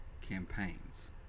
campaigns